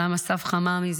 אל"מ אסף חממי,